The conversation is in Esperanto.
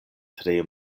tre